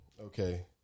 Okay